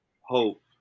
hope